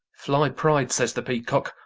fly pride says the peacock.